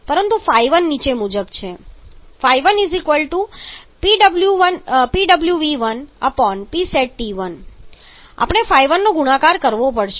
પરંતુ ϕ1 નીચે મુજબ છે 1Pwv1Psat આપણે ϕ1 નો ગુણાકાર કરવો પડશે